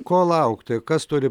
ko laukti kas turi